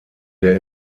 der